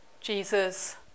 Jesus